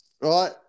right